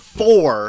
four